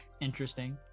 interesting